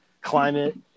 climate